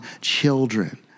children